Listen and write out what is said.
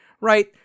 right